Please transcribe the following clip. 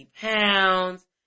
pounds